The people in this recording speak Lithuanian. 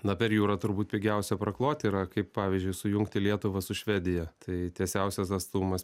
na per jūrą turbūt pigiausia prakloti yra kaip pavyzdžiui sujungti lietuvą su švedija tai tiesiausias atstumas